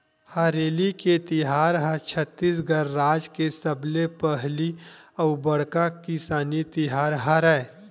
हरेली के तिहार ह छत्तीसगढ़ राज के सबले पहिली अउ बड़का किसानी तिहार हरय